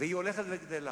והיא הולכת וגדלה,